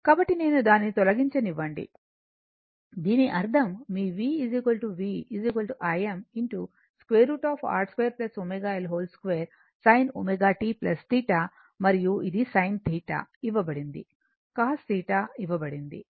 కాబట్టి నేను దానిని తొలగించనివ్వండి దీని అర్థం మీ v v Im √ R 2 ω L 2 sin ω t θ మరియు ఇది sin θ ఇవ్వబడింది cos θ ఇవ్వబడింది